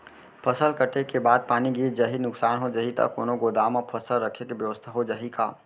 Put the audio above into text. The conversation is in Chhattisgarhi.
फसल कटे के बाद पानी गिर जाही, नुकसान हो जाही त कोनो गोदाम म फसल रखे के बेवस्था हो जाही का?